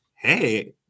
hey